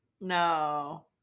No